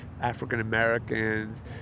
African-Americans